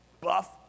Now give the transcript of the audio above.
buff